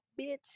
bitch